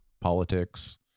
politics